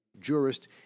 jurist